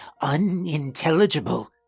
unintelligible